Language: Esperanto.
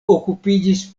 okupiĝis